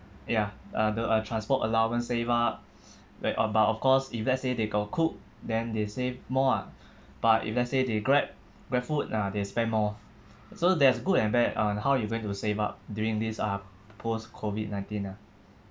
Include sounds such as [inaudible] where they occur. ya uh the transport allowance save up [breath] like about of course if let's say they got cook then they save more lah but if let's say they grab grabfood ah they spend more so there's good and bad on how you are going to save up during this uh post COVID nineteen ah